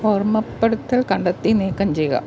ഓര്മ്മപ്പെടുത്തല് കണ്ടെത്തി നീക്കം ചെയ്യുക